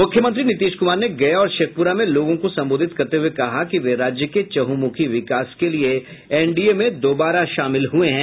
मुख्यमंत्री नीतीश कुमार ने गया और शेखपुरा में लोगों को संबोधित करते हुये कहा कि वे राज्य के चहुंमुखी विकास के लिये एनडीए में दोबारा शामिल हुये हैं